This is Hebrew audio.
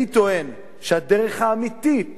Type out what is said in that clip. אני טוען שהדרך האמיתית